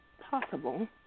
possible